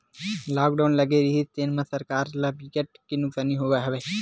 lockdown लगे रिहिस तेन म सरकार ल बिकट के नुकसानी होइस हवय